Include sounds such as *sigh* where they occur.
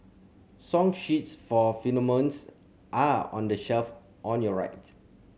song sheets for *unintelligible* are on the shelf on your right